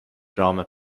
drama